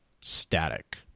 static